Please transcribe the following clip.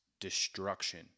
Destruction